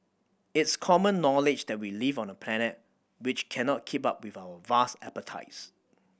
it's common knowledge that we live on a planet which cannot keep up with our vast appetites